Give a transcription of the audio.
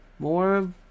More